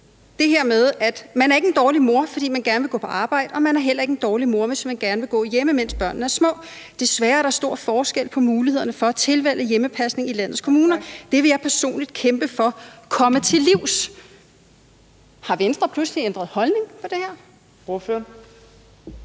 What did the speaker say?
citerer: Man er ikke en dårlig mor, fordi man gerne vil gå på arbejde, og man er heller ikke en dårlig mor, hvis man gerne vil gå hjemme, mens børnene er små. Desværre er der stor forskel på mulighederne for at tilvælge hjemmepasning i landets kommuner. Det vil jeg personligt kæmpe for at komme til livs. Har Venstre pludselig ændret holdning på det her